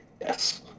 Yes